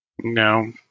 No